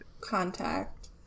Contact